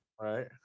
Right